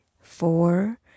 four